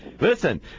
listen